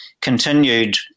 continued